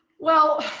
well,